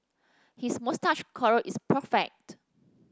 his moustache curl is perfect